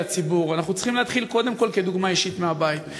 הציבור אנחנו צריכים להתחיל קודם כול בדוגמה אישית מהבית.